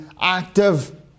active